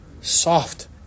Soft